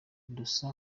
dusa